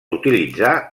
utilitzar